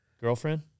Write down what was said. Girlfriend